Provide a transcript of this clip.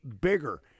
bigger